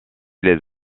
les